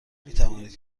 میتوانید